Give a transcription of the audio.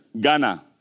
Ghana